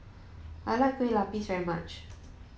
I like Kueh Lapis very much